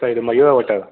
sir ಇದು ಮಯೂರ ಹೋಟೆಲಾ